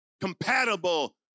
compatible